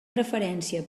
preferència